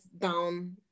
down